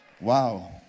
Wow